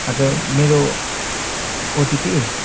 हजुर मेरो ओटिपी